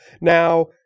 Now